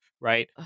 right